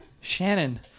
Shannon